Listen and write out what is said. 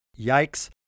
yikes